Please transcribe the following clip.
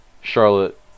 charlotte